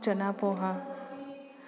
chana poha